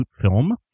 film